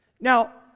Now